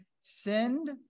send